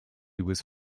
was